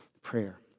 prayer